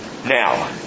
Now